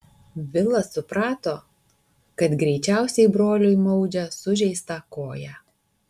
vilas suprato kad greičiausiai broliui maudžia sužeistą koją